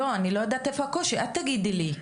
לא, אני לא יודעת איפה הקושי, את תגידי לי.